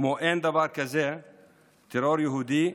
כמו: אין דבר כזה טרור יהודי,